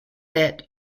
that